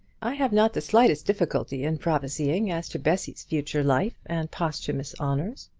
i have not the slightest difficulty in prophesying as to bessy's future life and posthumous honours.